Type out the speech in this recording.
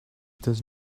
does